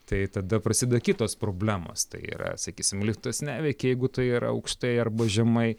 tai tada prasideda kitos problemos tai yra sakysim liftas neveikia jeigu tai yra aukštai arba žemai